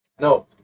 No